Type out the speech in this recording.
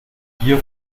gier